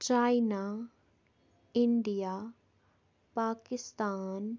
China India Pakistan